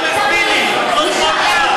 איזה שמאל?